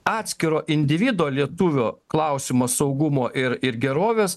atskiro individo lietuvio klausimas saugumo ir ir gerovės